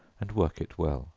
and work it well